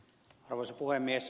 arvoisa puhemies